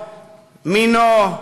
מינו,